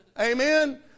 Amen